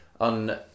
on